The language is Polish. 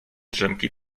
drzemki